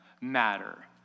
matter